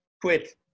Quit